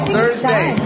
Thursday